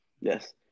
Yes